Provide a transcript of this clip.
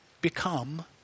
become